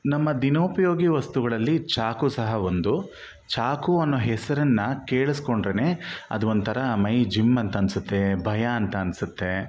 ನಮ್ಮ ದಿನೋಪಯೋಗಿ ವಸ್ತುಗಳಲ್ಲಿ ಚಾಕು ಸಹ ಒಂದು ಚಾಕು ಅನ್ನೋ ಹೆಸರನ್ನು ಕೇಳಿಸ್ಕೊಂಡ್ರೇನೆ ಅದೊಂಥರ ಮೈ ಜುಮ್ ಅಂತ ಅನ್ಸುತ್ತೆ ಭಯ ಅಂತ ಅನ್ಸುತ್ತೆ